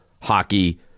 hockey